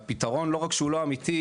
והפתרון לא רק שהוא לא אמיתי,